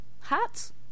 Hats